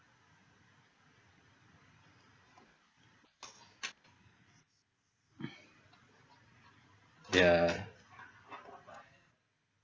ya